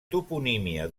toponímia